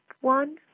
one